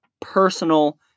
Personal